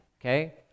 okay